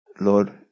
Lord